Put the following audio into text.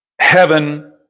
heaven